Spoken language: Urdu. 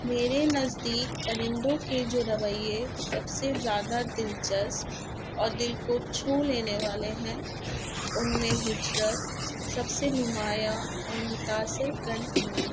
میرے نزدیک پرندوں کے جو رویے سب سے زیادہ دلچسپ اور دل کو چھو لینے والے ہیں ان میں ہجرت سب سے نمایاں اور متاثرکن عمل ہے